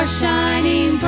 shining